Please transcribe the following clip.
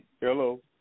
Hello